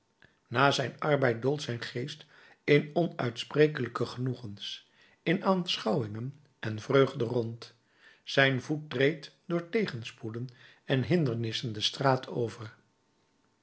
na zijn arbeid doolt zijn geest in onuitsprekelijke genoegens in aanschouwingen en vreugde rond zijn voet treedt door tegenspoeden en hindernissen de straat over